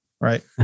right